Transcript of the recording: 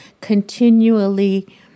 continually